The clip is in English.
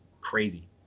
crazy